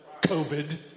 COVID